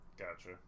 gotcha